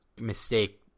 mistake